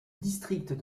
district